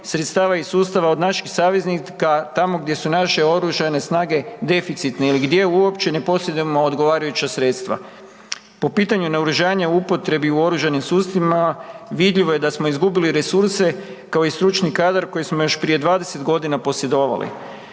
sredstava iz sustava od naših saveznika tamo gdje su naše oružane snage deficitni ili gdje uopće ne posjedujemo odgovarajuća sredstva. Po pitanju naoružanja u upotrebi u oružanim sustavima vidljivo je da smo izgubili resurse, kao i stručni kadar koji smo još prije 20.g. posjedovali.